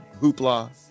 hoopla